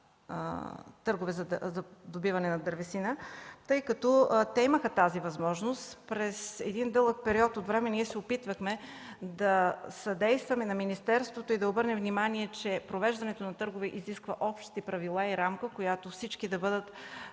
за добиване на дървесина, тъй като те имаха тази възможност? През дълъг период от време ние се опитвахме да съдействаме на министерството и да обърнем внимание, че провеждането на търгове изисква общи правила и рамка, еднакво достъпни